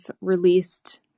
released